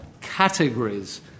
categories